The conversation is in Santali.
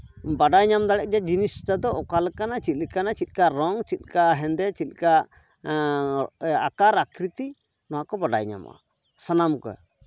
ᱵᱟᱰᱟᱭ ᱧᱟᱢ ᱫᱟᱲᱮᱭᱟᱜᱼᱟ ᱡᱮ ᱡᱤᱱᱤᱥᱴᱟ ᱫᱚ ᱚᱠᱟ ᱞᱮᱠᱟ ᱪᱮᱫ ᱞᱮᱠᱟᱱᱟ ᱪᱮᱫ ᱞᱮᱠᱟ ᱨᱚᱝ ᱪᱮᱫ ᱞᱮᱠᱟ ᱦᱮᱸᱫᱮ ᱪᱮᱫ ᱞᱮᱠᱟ ᱟᱠᱟᱨ ᱟᱠᱠᱨᱤᱛᱤ ᱱᱚᱣᱟ ᱠᱚ ᱵᱟᱰᱟᱭ ᱧᱟᱢᱚᱜᱼᱟ ᱥᱟᱱᱟᱢᱜᱮ